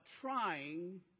trying